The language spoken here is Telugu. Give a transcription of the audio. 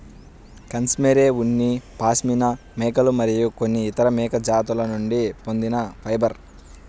కష్మెరె ఉన్ని పాష్మినా మేకలు మరియు కొన్ని ఇతర మేక జాతుల నుండి పొందిన ఫైబర్